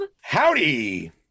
howdy